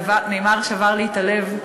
ניימאר שבר לי את הלב.